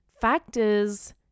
factors